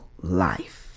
life